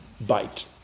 bite